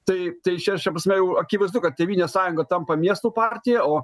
tai tai šia šia prasme jau akivaizdu kad tėvynės sąjunga tampa miestų partija o